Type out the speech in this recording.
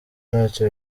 ntacyo